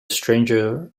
stranger